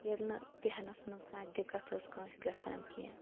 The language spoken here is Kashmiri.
ییٚلہِ نہٕ بہنَس مَنٛز کانٛہہ دِکَت ٲسۍ کٲنٛسہِ گَژھان کینٛہہ